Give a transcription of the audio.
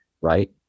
right